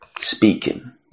Speaking